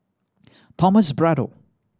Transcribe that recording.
Thomas Braddell